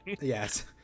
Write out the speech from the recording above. Yes